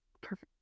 Perfect